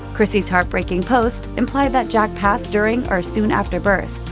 chrissy's heartbreaking post implied that jack passed during or soon after birth.